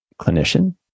clinician